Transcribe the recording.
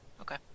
Okay